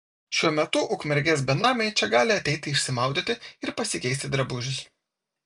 šiuo metu ukmergės benamiai čia gali ateiti išsimaudyti ir pasikeisti drabužius